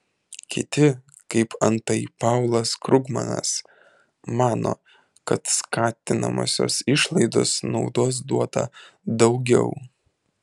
kiti kaip antai paulas krugmanas mano kad skatinamosios išlaidos naudos duoda daugiau